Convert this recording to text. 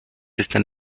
están